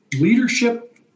leadership